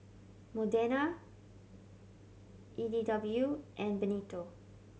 Modena E D W and Benito